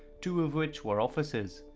two of which were officers.